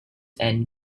end